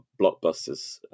blockbusters